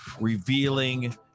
revealing